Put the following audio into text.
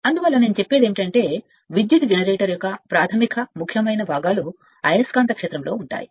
అందువల్ల నేను చెప్పేది ఏమిటంటే విద్యుత్ జనరేటర్ యొక్క ప్రాథమిక ముఖ్యమైన భాగాలు అయస్కాంత క్షేత్రంలో ఉంటాయి